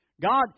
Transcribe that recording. God